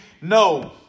No